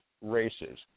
races